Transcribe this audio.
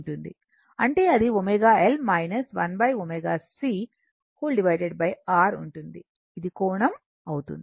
అంటే అది ω L 1 ω C R ఉంటుంది ఇది కోణం అవుతుంది